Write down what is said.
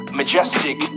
majestic